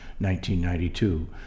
1992